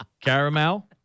Caramel